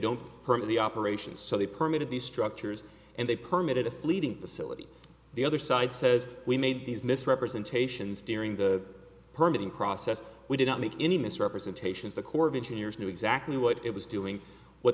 permit the operations so they permit of these structures and they permit a fleeting facility the other side says we made these misrepresentations during the permian process we didn't make any misrepresentations the corps of engineers knew exactly what it was doing what